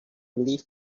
live